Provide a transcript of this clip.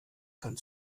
kann